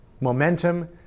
Momentum